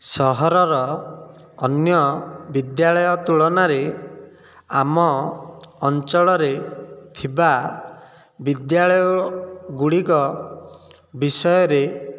ସହରର ଅନ୍ୟ ବିଦ୍ୟାଳୟ ତୁଳନାରେ ଆମ ଅଞ୍ଚଳରେ ଥିବା ବିଦ୍ୟାଳୟ ଗୁଡ଼ିକ ବିଷୟରେ